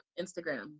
Instagram